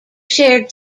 shared